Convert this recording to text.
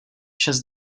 šest